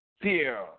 fear